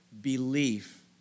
belief